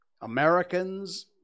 Americans